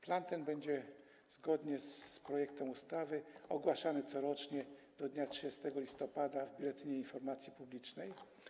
Plan ten będzie zgodnie z projektem ustawy ogłaszany corocznie do dnia 30 listopada w Biuletynie Informacji Publicznej.